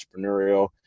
entrepreneurial